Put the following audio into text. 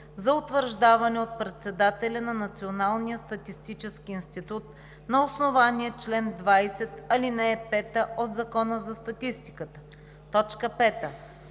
за утвърждаване от председателя на Националния статистически институт на основание чл. 20, ал. 5 от Закона за статистиката; 5.